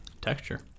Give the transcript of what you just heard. texture